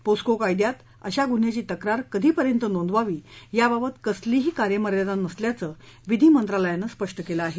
POCSO कायद्यात अशा गुन्ह्याची तक्रार कधीपर्यंत नोंदवावी याबाबत कसलीही कालमर्यादा नसल्याचं विधी मंत्रालयानं स्पष्ट केलं आहे